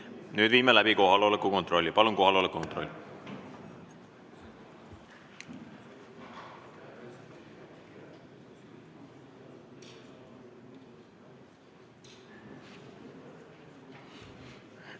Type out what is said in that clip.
Nüüd viime läbi kohaloleku kontrolli. Palun kohaloleku kontroll!